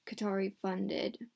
Qatari-funded